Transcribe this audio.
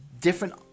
different